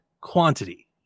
quantity